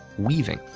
weaving,